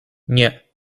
nie